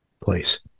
place